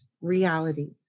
reality